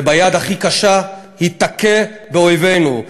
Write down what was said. וביד הכי קשה היא תכה באויבינו.